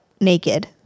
naked